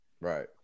right